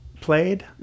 played